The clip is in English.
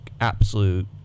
absolute